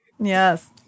Yes